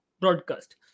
broadcast